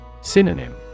Synonym